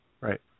Right